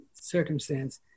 circumstance